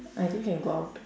I think can go out